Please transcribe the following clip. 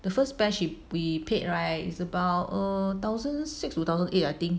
the first batch we we paid right is about a thousand six or thousand eight I think